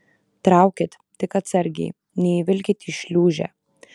traukit tik atsargiai neįvilkit į šliūžę